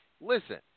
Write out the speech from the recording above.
listen